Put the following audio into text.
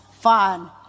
fun